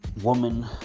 woman